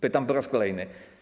Pytam po raz kolejny.